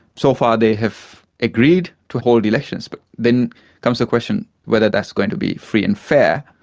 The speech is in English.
so far they have agreed to hold elections, but then comes the question whether that's going to be free and fair,